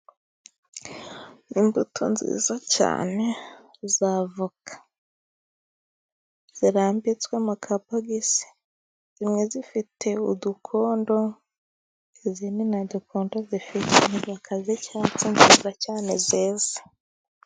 Imbuto nziza cyane za avoka. Zirambitswe mu kabogisi. Zimwe zifite udukondo, izindi nta dukondo zifite. Ni avoka z'icyatsi nziza cyane zeze.